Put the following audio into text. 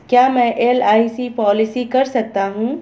क्या मैं LIC policy कर सकता हूं?